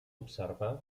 observar